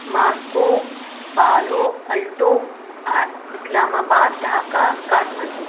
Moscow palo alto Islamabad Dhaka Kathmandu